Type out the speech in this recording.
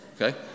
okay